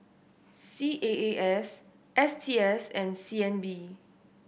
C A A S S T S and C N B